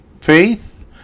faith